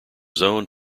zoned